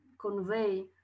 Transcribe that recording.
convey